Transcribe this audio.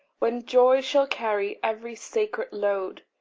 when joy shall carry every sacred load,